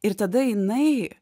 ir tada jinai